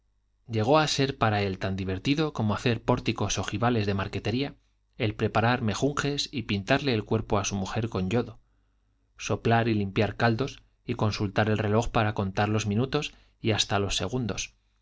llegó a ser para él tan divertido como hacer pórticos ojivales de marquetería el preparar menjurjes y pintarle el cuerpo a su mujer con yodo soplar y limpiar caldos y consultar el reloj para contar los minutos y hasta los segundos